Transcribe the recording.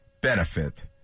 benefit